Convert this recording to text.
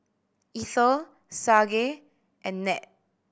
Eithel Sage and Ned